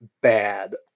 bad